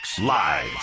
Live